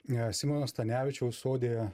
e simono stanevičiaus odėje